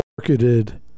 marketed